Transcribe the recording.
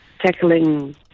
tackling